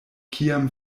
kiam